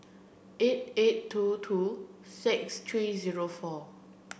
eight eight two two six three zero four